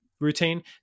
routine